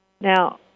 Now